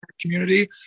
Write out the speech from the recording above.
community